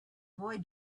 boy